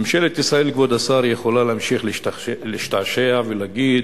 ממשלת ישראל יכולה להמשיך להשתעשע ולהגיד